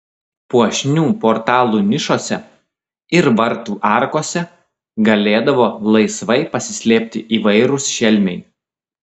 puošnių portalų nišose ir vartų arkose galėdavo laisvai pasislėpti įvairūs šelmiai